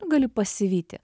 gali pasivyti